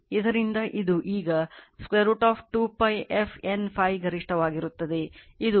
ಆದ್ದರಿಂದ ಇದು ಈಗ √ 2 π f NΦ ಗರಿಷ್ಠವಾಗಿರುತ್ತದೆ